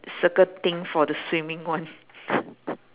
circle thing for the swimming one